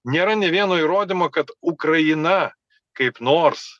nėra nė vieno įrodymo kad ukraina kaip nors